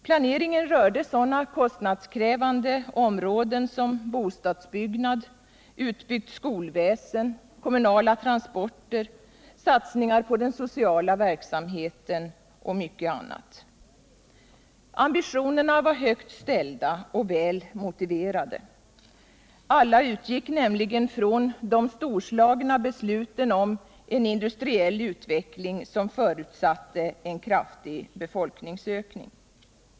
Planeringen rörde sådana kostnadskrävande områden som bostadsbyggnad, utbyggt skolväsen, kommunala transporter, satsningar på den sociala verksamheten och mycket annat. Ambitionerna var högt ställda och väl motiverade. Alla utgick nämligen från de storslagna besluten om en industriell utveckling som förutsatte en kraftig befolkningsökning.